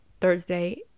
thursday